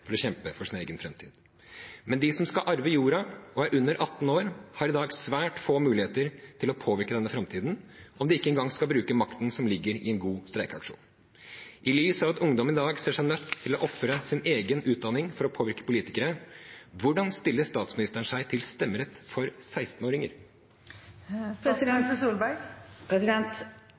for å kjempe for sin egen framtid. Men de som skal arve jorden og er under 18 år, har i dag svært få muligheter til å påvirke denne framtiden, om de ikke engang skal bruke makten som ligger i en god streikeaksjon. I lys av at ungdom i dag ser seg nødt til å ofre sin egen utdanning for å påvirke politikere, hvordan stiller statsministeren seg til stemmerett for